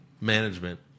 Management